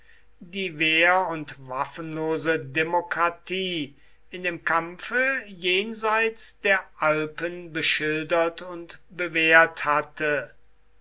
die wehr und waffenlose demokratie in dem kampfe jenseits der alpen beschildet und bewehrt hatte